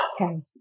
Okay